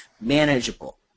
manageable